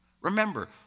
Remember